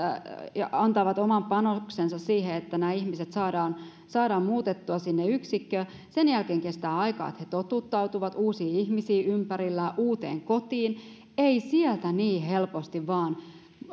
ja antavat oman panoksensa siihen että nämä ihmiset saadaan saadaan muutettua sinne yksikköön sen jälkeen kestää aikaa että he totuttautuvat uusiin ihmisiin ympärillään uuteen kotiin ei sieltä niin helposti vain